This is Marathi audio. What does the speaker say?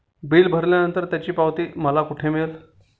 बिल भरल्यानंतर त्याची पावती मला कुठे मिळेल?